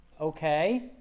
okay